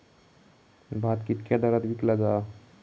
भात कित्क्या दरात विकला जा?